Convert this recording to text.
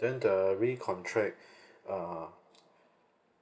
then the re-contract uh